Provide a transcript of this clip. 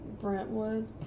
Brentwood